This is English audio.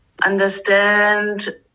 understand